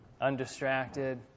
Undistracted